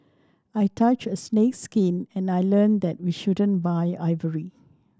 I touched a snake's skin and I learned that we shouldn't buy ivory